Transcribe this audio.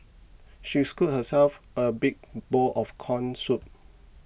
she scooped herself a big bowl of Corn Soup